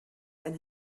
and